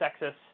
sexist